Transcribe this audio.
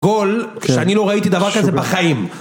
גול כשאני לא ראיתי דבר כזה בחיים